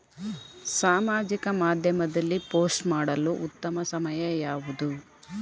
ಸಾಮಾಜಿಕ ಮಾಧ್ಯಮದಲ್ಲಿ ಪೋಸ್ಟ್ ಮಾಡಲು ಉತ್ತಮ ಸಮಯ ಯಾವುದು?